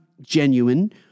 genuine